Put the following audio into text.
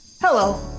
hello